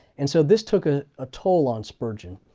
and so this took ah a toll on spurgeon.